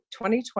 2020